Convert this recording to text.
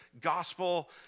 gospel